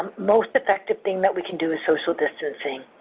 most effective thing that we can do is social distancing.